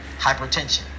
hypertension